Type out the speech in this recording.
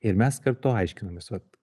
ir mes kartu aiškinamės vat